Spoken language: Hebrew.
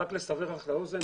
רק לסבר את האוזן,